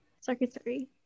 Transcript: secretary